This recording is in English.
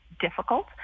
difficult